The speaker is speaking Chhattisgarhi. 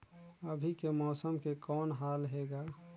अभी के मौसम के कौन हाल हे ग?